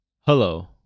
hello